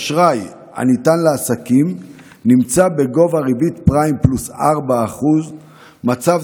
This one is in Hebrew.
אשראי הניתן לעסקים נמצא בגובה ריבית פריים פלוס 4%. מצב